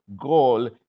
goal